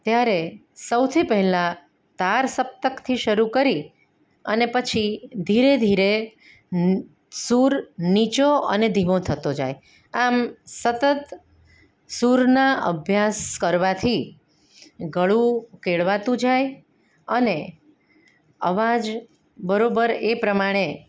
ત્યારે સૌથી પહેલાં તાર સપ્તકથી શરૂ કરી અને પછી ધીરે ધીરે સુર નીચો અને ધીમો થતો જાય આમ સતત સુરના અભ્યાસ કરવાથી ગળું કેળવાતું જાય અને અવાજ બરાબર એ પ્રમાણે